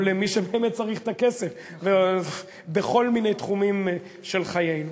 או למי שבאמת צריך את הכסף בכל מיני תחומים של חיינו.